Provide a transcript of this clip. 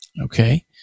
okay